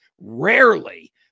rarely